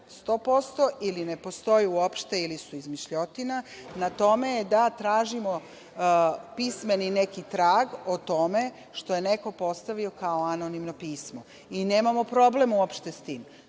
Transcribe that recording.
100% ili ne postoji uopšte ili su izmišljotina, na tome je da tražimo pismeni neki trag o tome što je neko postavio kao anonimno pismo i nemamo problem uopšte sa